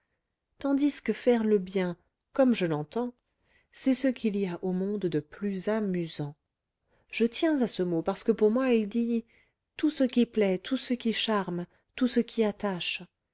tandis que faire le bien comme je l'entends c'est ce qu'il y a au monde de plus amusant je tiens à ce mot parce que pour moi il dit tout ce qui plaît tout ce qui charme tout ce qui attache